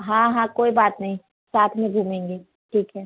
हाँ हाँ कोई बात नहीं साथ में घूमेंगे ठीक है